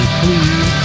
please